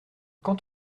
quant